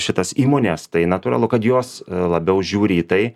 šitos įmonės tai natūralu kad jos labiau žiūri į tai